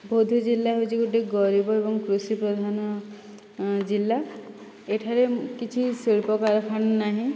ବୌଦ୍ଧ ଜିଲ୍ଲା ହେଉଛି ଗୋଟିଏ ଗରିବ ଏବଂ କୃଷି ପ୍ରଧାନ ଜିଲ୍ଲା ଏଠାରେ କିଛି ଶିଳ୍ପ କାରଖାନା ନାହିଁ